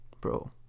bro